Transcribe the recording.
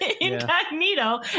incognito